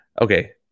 okay